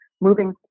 moving